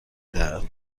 دهد